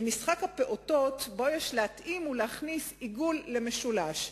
למשחק הפעוטות שבו יש להתאים ולהכניס עיגול למשולש.